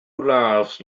laughs